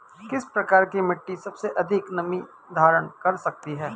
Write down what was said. किस प्रकार की मिट्टी सबसे अधिक नमी धारण कर सकती है?